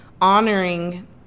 honoring